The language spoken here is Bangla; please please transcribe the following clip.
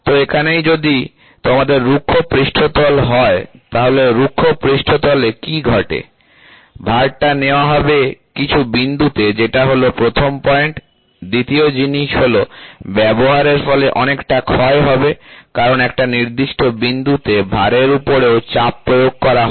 তো এখানেই যদি তোমাদের রুক্ষ পৃষ্ঠতল হয় তাহলে রুক্ষ পৃষ্ঠতলে কি ঘটে ভারটা নেওয়া হবে কিছু বিন্দুতে যেটা হলো প্রথম পয়েন্ট দ্বিতীয় জিনিস হল ব্যবহারের ফলে অনেকটা ক্ষয় হবে কারন একটা নির্দিষ্ট বিন্দুতে ভারের উপরেও চাপ প্রয়োগ করা হয়